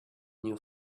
new